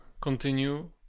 continue